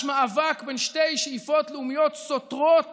מאבק בין שתי שאיפות לאומיות סותרות